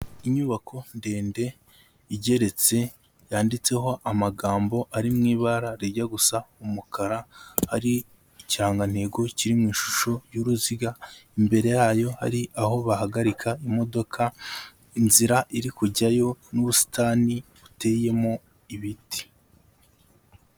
Inyubako ndende igeretse yanditseho amagambo ari mu ibara rijya gusa umukara, hari ikirangantego kiri mu ishusho ry'uruziga, imbere yayo hari aho bahagarika imodoka, inzira iri kujyayo n'ubusitani buteyemo ibiti.